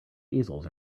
easels